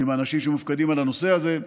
עם האנשים שמופקדים על הנושא הזה.